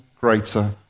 greater